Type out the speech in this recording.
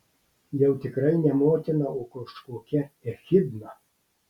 jau tikrai ne motina o kažkokia echidna